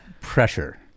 pressure